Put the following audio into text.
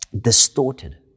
distorted